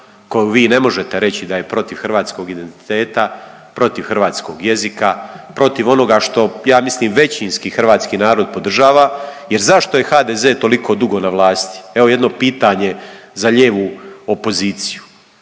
koju vi ne možete reći da je protiv hrvatskog identiteta, protiv hrvatskog jezika, protiv onoga što ja mislim većinski hrvatski narod podržava. Jer zašto je HDZ toliko dugo na vlasti? Evo jedno pitanje za lijevu opoziciju,